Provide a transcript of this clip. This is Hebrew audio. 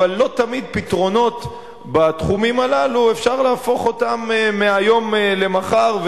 לא תמיד פתרונות בתחומים הללו אפשר להפוך אותם מהיום למחר,